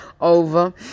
over